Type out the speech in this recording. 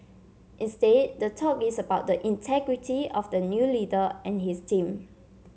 instead the talk is about the integrity of the new leader and his team